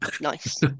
Nice